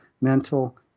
mental